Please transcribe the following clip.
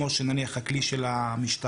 כמו נניח הכלי של המשטרה,